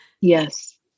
Yes